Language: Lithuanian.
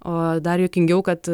o dar juokingiau kad